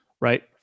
right